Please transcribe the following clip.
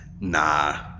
Nah